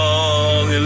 Long